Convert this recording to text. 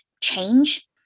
change